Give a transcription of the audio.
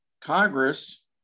Congress